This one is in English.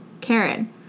Karen